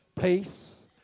peace